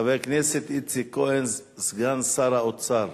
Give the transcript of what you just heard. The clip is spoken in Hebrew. חבר הכנסת איציק כהן, סגן שר האוצר.